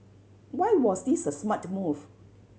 why was this a smart move